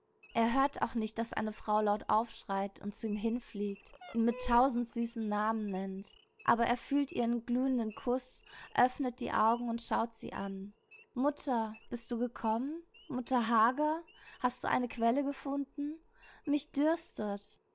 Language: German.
er hört auch nicht daß eine frau laut aufschreit und zu ihm hinfliegt ihn mit tausend süßen namen nennt aber er fühlt ihren glühenden kuß öffnet die augen und schaut sie an mutter bist du gekommen mutter hagar hast du eine quelle gefunden mich dürstet